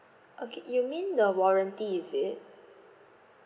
okay you mean the warranty is it